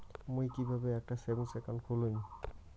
মুই কিভাবে একটা সেভিংস অ্যাকাউন্ট খুলিম?